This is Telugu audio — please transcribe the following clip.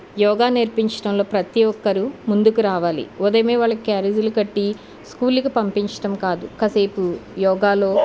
యోగా నేర్పించడంలో ప్రతి ఒక్కటు ముందుకు రావాలి ఉదయం వాళ్ళకి క్యారేజీలు కట్టి స్కూల్కి పంపించడం కాదు కాసేపు యోగాలో